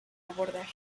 abordar